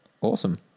awesome